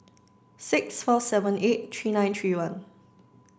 six four seven eight three nine three one